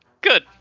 good